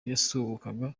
yasuhuzaga